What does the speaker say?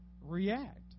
react